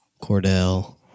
Cordell